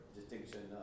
distinction